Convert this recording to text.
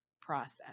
process